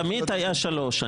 תמיד היה שלוש.